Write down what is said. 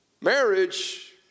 marriage